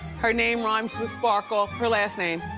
her name rhymes with sparkle, her last name.